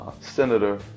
Senator